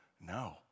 No